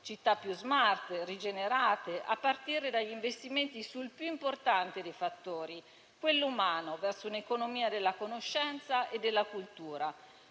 città più *smart* e rigenerate, a partire dagli investimenti sul più importante dei fattori, quello umano, verso un'economia della conoscenza e della cultura.